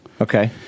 Okay